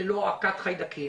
ללא עקת חיידקים,